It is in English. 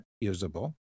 usable